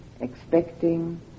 expecting